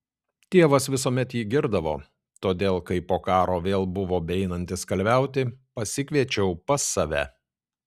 tėvas visuomet jį girdavo todėl kai po karo vėl buvo beeinantis kalviauti pasikviečiau pas save